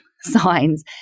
signs